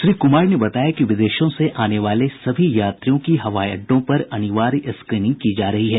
श्री कूमार ने बताया कि विदेशों से आने वाले सभी यात्रियों की हवाई अड्डों पर अनिवार्य स्क्रीनिंग की जा रही है